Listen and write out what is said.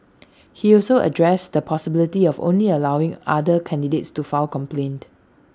he also addressed the possibility of only allowing other candidates to file complaints